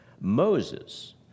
Moses